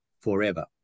forever